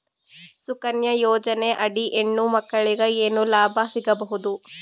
ಸುಕನ್ಯಾ ಯೋಜನೆ ಅಡಿ ಹೆಣ್ಣು ಮಕ್ಕಳಿಗೆ ಏನ ಲಾಭ ಸಿಗಬಹುದು?